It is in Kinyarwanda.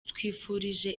twifurije